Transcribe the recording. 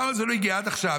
למה זה לא הגיע עד עכשיו?